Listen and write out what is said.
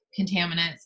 contaminants